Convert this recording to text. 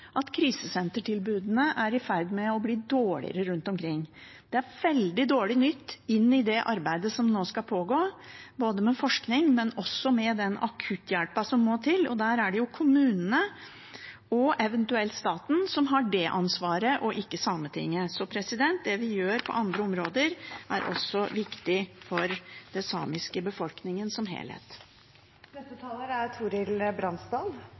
at krisesentertilbudene er i ferd med å bli dårligere rundt omkring. Det er veldig dårlig nytt inn i det arbeidet som nå skal pågå, både med forskning og med den akutthjelpen som må til. Det er kommunene og eventuelt staten som har det ansvaret, ikke Sametinget. Så det vi gjør på andre områder, er også viktig for den samiske befolkningen som helhet. Stortinget har et stort anstendighetsetterslep å dekke opp med tanke på den samiske befolkningen. Svært mye er